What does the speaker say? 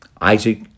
Isaac